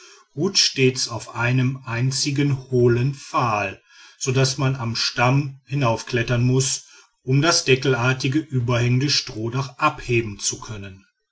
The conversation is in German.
ruht stets auf einem einzigen hohen pfahl so daß man am stamm hinaufklettern muß um das deckelartig überhängende strohdach abheben zu können